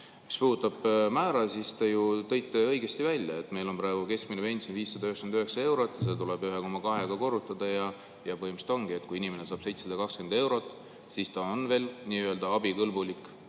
Mis puudutab määra, siis te tõite õigesti välja, et meil on praegu keskmine pension 599 eurot ja seda tuleb 1,2‑ga korrutada. Ja põhimõtteliselt ongi, et kui inimene saab 720 eurot, siis ta on veel nii-öelda abikõlbulik